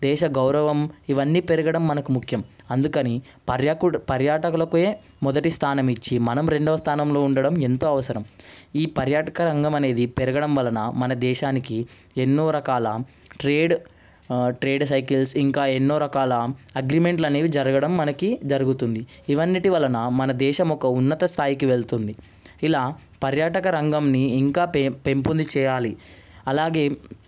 దేశ గౌరవం ఇవన్నీ పెరగడం మనకు ముఖ్యం అందుకని పర్యకుడి పర్యాటకులకే మొదటి స్థానం ఇచ్చి మనం రెండవ స్థానంలో ఉండడం ఎంతో అవసరం ఈ పర్యాటక రంగం అనేది పెరగడం వలన మన దేశానికి ఎన్నో రకాల ట్రేడ్ ట్రేడ్ సైకిల్స్ ఇంకా ఎన్నో రకాల అగ్రిమెంట్లు అనేవి జరగడం మనకి జరుగుతుంది ఇది అన్నింటి వలన మన దేశం ఒక ఉన్నత స్థాయికి వెళుతుంది ఇలా పర్యాటక రంగంని ఇంకా పె పెంపొందించాలి అలాగే